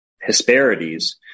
Hesperides